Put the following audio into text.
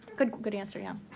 good good answer, yeah.